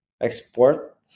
export